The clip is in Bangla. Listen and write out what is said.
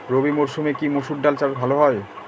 রবি মরসুমে কি মসুর ডাল চাষ ভালো হয়?